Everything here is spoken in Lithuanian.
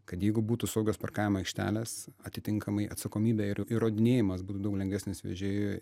kad jeigu būtų saugios parkavimo aikštelės atitinkamai atsakomybė ir įrodinėjimas būtų daug lengvesnis vežėjui